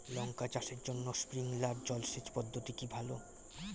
লঙ্কা চাষের জন্য স্প্রিংলার জল সেচ পদ্ধতি কি ভালো?